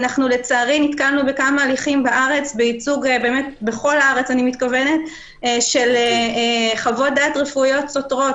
לצערי נתקלנו בכמה הליכים בכל הארץ של חוות דעת רפואיות סותרות,